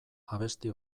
abesti